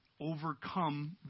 overcome